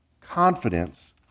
confidence